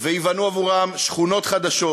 וייבנו עבורם שכונות חדשות,